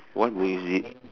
what music